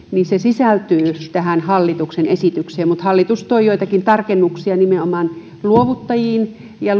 sisältyy tähän hallituksen esitykseen mutta hallitus toi joitakin tarkennuksia nimenomaan luovuttajiin ja